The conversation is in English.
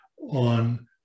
on